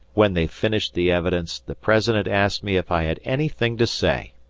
when they finished the evidence, the president asked me if i had anything to say!